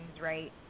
right